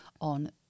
on